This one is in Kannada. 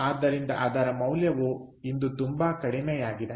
ಆದ್ದರಿಂದ ಅದರ ಮೌಲ್ಯವು ಇಂದು ತುಂಬಾ ಕಡಿಮೆಯಾಗಿದೆ